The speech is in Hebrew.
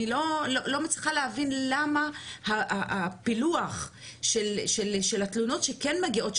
אני לא מצליחה להבין למה הפילוח של התלונות שכן מגיעות,